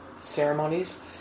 ceremonies